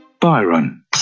Byron